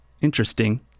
Interesting